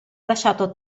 lasciato